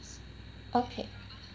okay